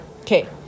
Okay